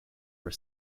were